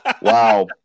Wow